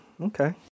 Okay